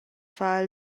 far